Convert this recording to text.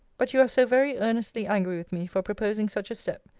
but you are so very earnestly angry with me for proposing such a step,